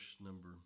number